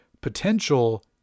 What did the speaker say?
potential